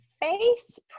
face